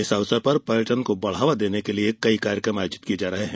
इस अवसर पर पर्यटन को बढावा देने के लिये कई कार्यक्रम आयोजित किये जा रहे हैं